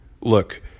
Look